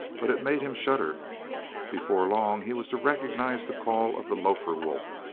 but it made him shudder before long he was to recognize the call of the lofer wolf,